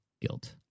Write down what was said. guilt